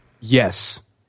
Yes